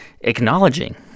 acknowledging